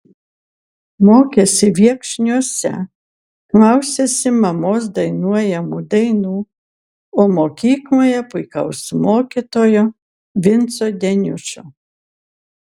mokėsi viekšniuose klausėsi mamos dainuojamų dainų o mokykloje puikaus mokytojo vinco deniušio